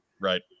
Right